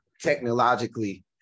technologically